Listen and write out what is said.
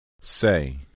Say